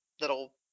little